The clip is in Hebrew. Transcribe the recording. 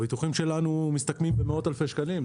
הביטוחים שלנו מסתכמים במאות אלפי שקלים,